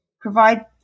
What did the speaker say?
provide